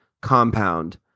compound